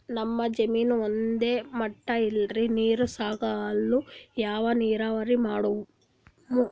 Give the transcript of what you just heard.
ನಮ್ ಜಮೀನ ಒಂದೇ ಮಟಾ ಇಲ್ರಿ, ನೀರೂ ಸಾಕಾಗಲ್ಲ, ಯಾ ನೀರಾವರಿ ಮಾಡಮು?